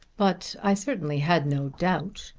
but i certainly had no doubt.